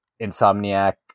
Insomniac